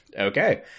Okay